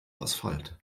asphalt